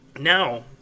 now